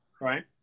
right